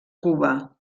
cuba